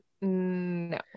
no